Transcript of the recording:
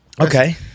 Okay